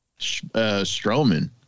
Strowman